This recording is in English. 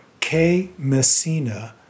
KMessina